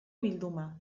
bilduma